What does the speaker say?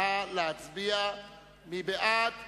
נא להצביע, מי בעד?